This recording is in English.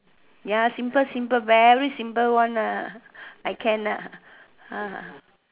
ya simple simple very simple one lah I can